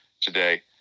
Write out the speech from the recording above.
today